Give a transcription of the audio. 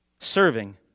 serving